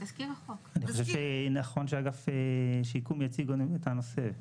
אני חושב שנכון שאגף שיקום יציג את הנושא.